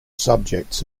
subjects